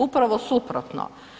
Upravo suprotno.